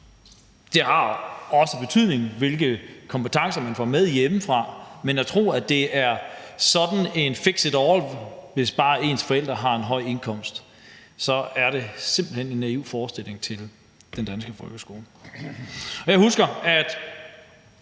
Det har også betydning, hvilke kompetencer man får med hjemmefra, men at tro, at det er noget, der fikser alt, hvis bare ens forældre har en høj indkomst, er simpelt hen en naiv forestilling at have om den danske folkeskole. Jeg husker, at